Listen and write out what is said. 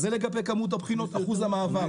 אז זה לגבי כמות הבחינות, אחוז המעבר.